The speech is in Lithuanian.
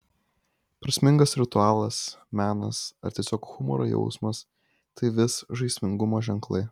prasmingas ritualas menas ar tiesiog humoro jausmas tai vis žaismingumo ženklai